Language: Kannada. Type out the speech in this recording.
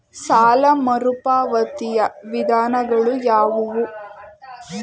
ಸಾಲ ಮರುಪಾವತಿಯ ವಿಧಾನಗಳು ಯಾವುವು?